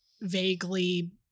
vaguely